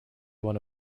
one